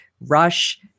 rush